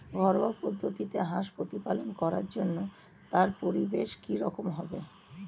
ঘরোয়া পদ্ধতিতে হাঁস প্রতিপালন করার জন্য তার পরিবেশ কী রকম হবে?